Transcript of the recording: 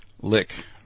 lick